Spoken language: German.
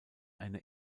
eine